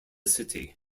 city